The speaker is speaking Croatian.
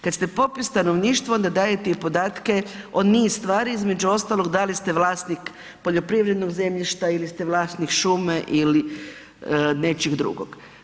Kad ste popis stanovništvo, onda dajete i podatke o niz stvari, između ostalog, dali ste vlasnik poljoprivrednog zemljišta ili ste vlasnik šume ili nečeg drugog.